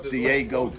Diego